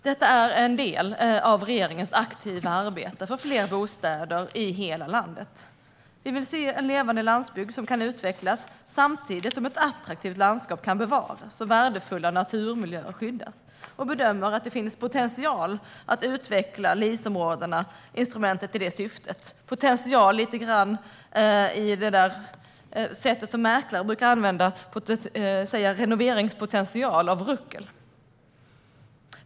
Detta är en del av regeringens aktiva arbete för fler bostäder i hela landet. Vi vill se en levande landsbygd som kan utvecklas, samtidigt som ett attraktivt landskap kan bevaras och värdefulla naturmiljöer skyddas, och bedömer att det finns potential att utveckla LIS-instrumentet i det syftet. Det är lite grann på det sätt som mäklare brukar använda ordet potential när de talar om renoveringspotential i fråga om ruckel.